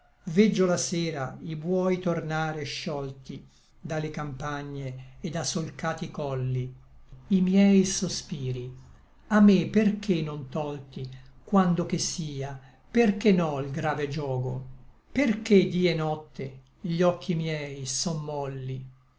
veggio la sera i buoi tornare sciolti da le campagne et da solcati colli i miei sospiri a me perché non tolti quando che sia perché no l grave giogo perché dí et notte gli occhi miei son molli